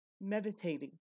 meditating